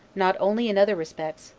not only in other respects,